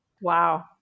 Wow